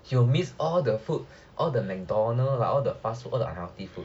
he will miss all the food all the mcdonald's lah all the fast food all the unhealthy food